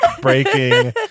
breaking